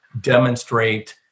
demonstrate